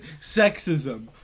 Sexism